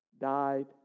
died